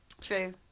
true